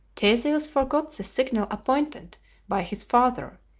theseus forgot the signal appointed by his father,